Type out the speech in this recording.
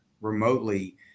remotely